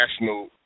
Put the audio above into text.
national